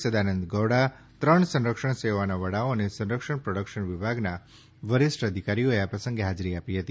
સદાનંદ ગૌડા ત્રણ સંરક્ષણ સેવાઓના વડાઓ અને સંરક્ષણ પ્રોડક્શન વિભાગના વરિષ્ઠ અધિકારીઓએ આ પ્રસંગે હાજરી આપી હતી